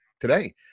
today